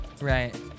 right